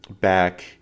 back